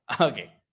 Okay